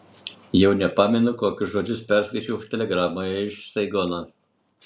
jau nepamenu kokius žodžius perskaičiau telegramoje iš saigono